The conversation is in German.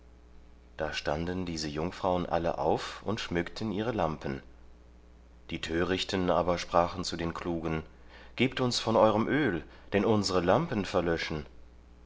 da standen diese jungfrauen alle auf und schmückten ihre lampen die törichten aber sprachen zu den klugen gebt uns von eurem öl denn unsere lampen verlöschen